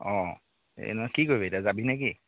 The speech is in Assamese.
অ এই নহয় কি কৰিবি এতিয়া যাবিনে কি